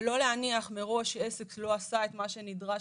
ולא להניח מראש שעסק לא עשה את מה שנדרש